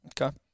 Okay